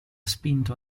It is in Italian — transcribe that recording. spinto